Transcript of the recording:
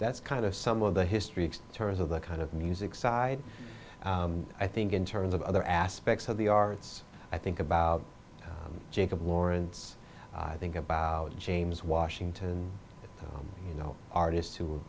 that's kind of some of the history terms of the kind of music side i think in terms of other aspects of the arts i think about jacob lawrence i think about james washington you know artists